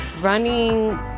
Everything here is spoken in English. Running